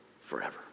forever